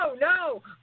no